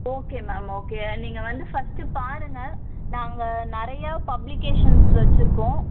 okay ma'am okay நீங்கள் வந்து first பாருங்கள் நாங்கள் நிறையா பப்ளிகேஷன்ஸ் வச்சுருக்கோம்